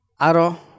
Aro